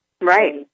Right